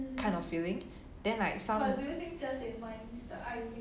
kind of feeling then like some